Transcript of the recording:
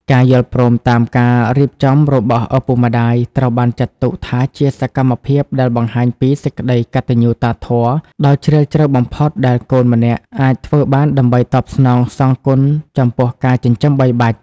ការយល់ព្រមតាមការរៀបចំរបស់ឪពុកម្ដាយ ត្រូវបានចាត់ទុកថាជាសកម្មភាពដែលបង្ហាញពី "សេចក្ដីកតញ្ញូតាធម៌" ដ៏ជ្រាលជ្រៅបំផុតដែលកូនម្នាក់អាចធ្វើបានដើម្បីតបស្នងសងគុណចំពោះការចិញ្ចឹមបីបាច់។